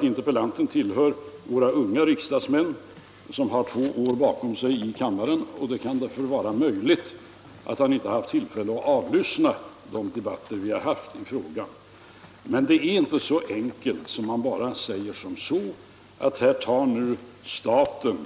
Men interpellanten tillhör ju våra unga riksdagsmän som har två år bakom sig i kammaren, och det kan därför vara möjligt att han inte haft tillfälle att avlyssna de debatter vi haft i frågan. Det är inte så enkelt att man bara kan säga att staten här tar